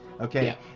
Okay